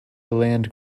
land